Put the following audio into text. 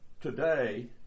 today